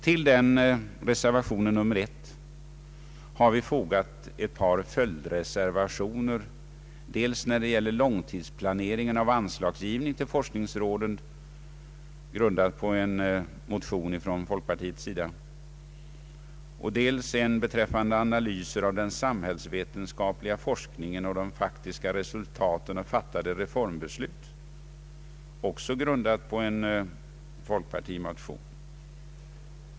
Till reservationen 1 har vi fogat ett par följdreservationer, dels en reservation som gäller en långtidsplanering av anslagsgivningen till forskningsråden — den reservationen är grundad på en motion från folkpartiet — dels en reservation beträffande analyser av den samhällsvetenskapliga forskningen och de faktiska resultaten av fattade reformbeslut — också den reservationen är grundad på en folkpartimotion.